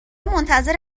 منتظر